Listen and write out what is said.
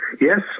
Yes